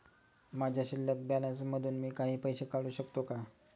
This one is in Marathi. माझ्या शिल्लक बॅलन्स मधून मी काही पैसे काढू शकतो का?